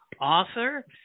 Author